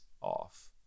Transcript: off